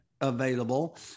available